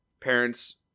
Parents